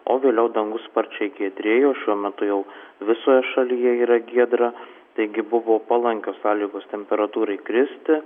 o vėliau dangus sparčiai giedrėjo šiuo metu jau visoje šalyje yra giedra taigi buvo palankios sąlygos temperatūrai kristi